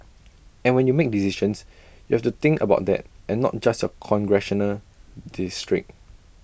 and when you make decisions you have to think about that and not just your congressional district